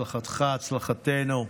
הצלחתך, הצלחתנו.